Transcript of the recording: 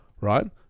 right